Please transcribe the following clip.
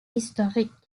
historiques